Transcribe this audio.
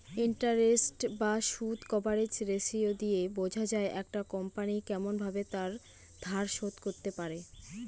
interest বা সুদ coverage ratio দিয়ে বোঝা যায় একটা কোম্পনি কেমন ভাবে তার ধার শোধ করতে পারে